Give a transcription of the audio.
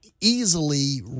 easily